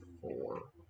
Four